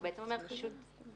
הוא בעצם אומר משהו אחר.